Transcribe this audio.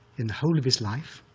in the whole of his life,